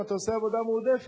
אם אתה עושה עבודה מועדפת,